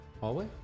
hallway